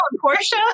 Portia